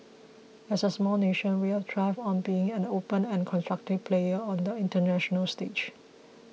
as a small nation we have thrived on being an open and constructive player on the international stage